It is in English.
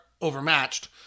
overmatched